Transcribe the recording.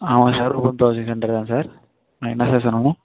ஆமாம் sir browsing சென்டர்தான் sir ஆ என்ன சார் செய்யணும்